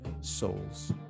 souls